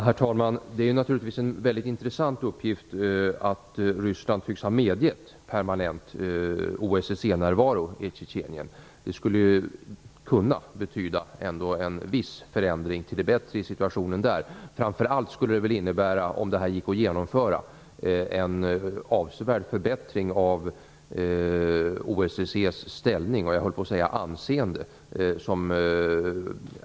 Herr talman! Det är naturligtvis väldigt intressant att Ryssland tycks ha medgett en permanent OSSE närvaro i Tjetjenien. Det skulle kunna betyda en viss förändring till det bättre när det gäller situationen där. Om detta går att genomföra innebär det framför allt en avsevärd förbättring av OSSE:s ställning, och jag höll på att säga, anseende.